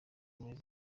muri